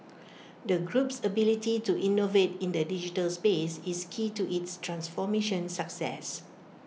the group's ability to innovate in the digital space is key to its transformation success